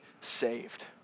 saved